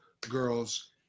girls